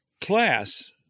class